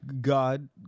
God